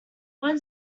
when